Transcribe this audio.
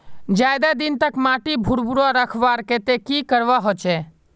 ज्यादा दिन तक माटी भुर्भुरा रखवार केते की करवा होचए?